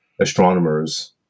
astronomers